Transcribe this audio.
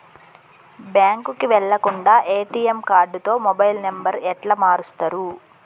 బ్యాంకుకి వెళ్లకుండా ఎ.టి.ఎమ్ కార్డుతో మొబైల్ నంబర్ ఎట్ల మారుస్తరు?